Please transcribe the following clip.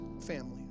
family